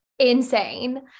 insane